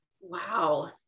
Wow